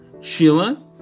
Sheila